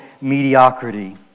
mediocrity